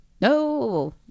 no